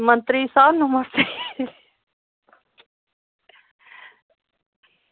मंत्री साहब नमस्ते